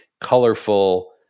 colorful